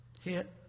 hit